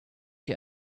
you